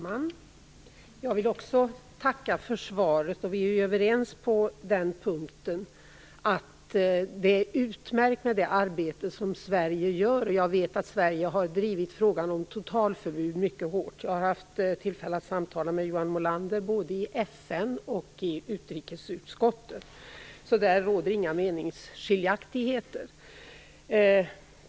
Herr talman! Också jag vill tacka för svaret. Vi är överens om att det arbete som Sverige gör är utmärkt. Jag vet att Sverige har drivit frågan om totalförbud mycket hårt. Jag har haft tillfälle att samtala med Johan Molander både i FN och i utrikesutskottet. På den punkten råder alltså inga meningsskiljaktigheter.